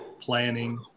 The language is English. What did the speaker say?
planning